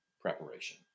preparation